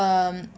um